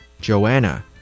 Joanna